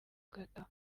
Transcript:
ugataha